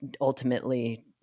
ultimately